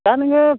दा नोङो